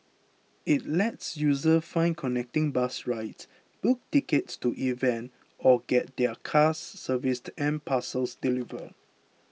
it lets users find connecting bus rides book tickets to events or get their cars serviced and parcels delivered